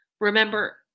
Remember